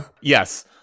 Yes